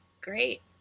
great